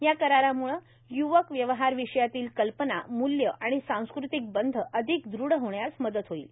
या करारामुळे य्वक व्यवहारविषयातील कल्पना मूल्ये आणि सांस्कृतिक बंध अधिक दृढ होण्यास मदत होईल